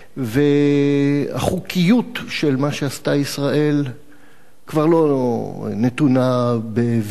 והחוקיות של מה שעשתה ישראל כבר לא נתונה בוויכוח,